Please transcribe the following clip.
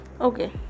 Okay